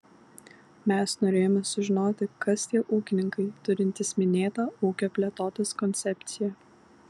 mes norėjome sužinoti kas tie ūkininkai turintys minėtą ūkio plėtotės koncepciją